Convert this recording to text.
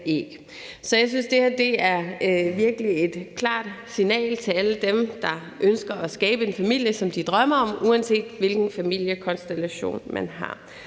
Så jeg synes, det her virkelig er et klart signal til alle dem, der ønsker at skabe en familie, som de drømmer om, uanset hvilken familiekonstellation man har.